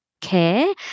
Care